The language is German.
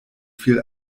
viel